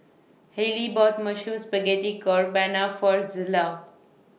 Hailee bought Mushroom Spaghetti Carbonara For Zillah